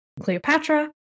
Cleopatra